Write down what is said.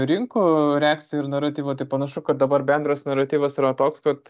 rinkų reakciją ir naratyvą tai panašu kad dabar bendras naratyvas yra toks kad